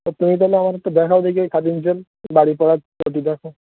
তা তুমি তাহলে আমার একটু দেখাও দেখি ওই খাদিমসের বাড়ি পরার চটি দেখাও